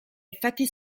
effetti